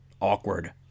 awkward